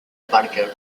parker